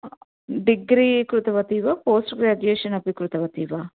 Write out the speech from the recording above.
degree कृतवती वा post graduation अपि कृतवती वा